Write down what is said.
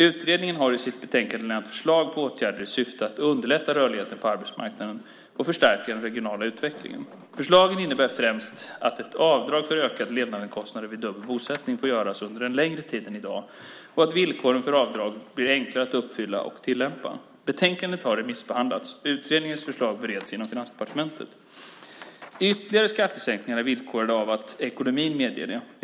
Utredningen har i sitt betänkande lämnat förslag på åtgärder i syfte att underlätta rörligheten på arbetsmarknaden och förstärka den regionala utvecklingen. Förslagen innebär främst att avdrag för ökade levnadskostnader vid dubbel bosättning får göras under längre tid än i dag och att villkoren för avdrag blir enklare att uppfylla och tillämpa. Betänkandet har remissbehandlats. Utredningens förslag bereds inom Finansdepartementet. Ytterligare skattesänkningar är villkorade av att ekonomin medger det.